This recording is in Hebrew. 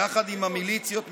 יחד עם המיליציות מטעמה,